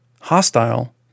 hostile